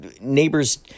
neighbors